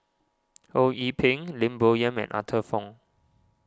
Ho Yee Ping Lim Bo Yam and Arthur Fong